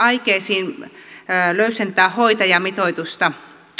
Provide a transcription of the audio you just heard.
aikeisiin löysentää hoitajamitoitusta